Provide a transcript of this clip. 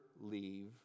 leave